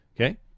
okay